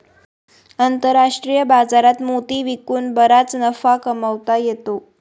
आंतरराष्ट्रीय बाजारात मोती विकून बराच नफा कमावता येतो